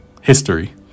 history